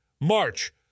March